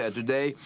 today